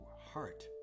heart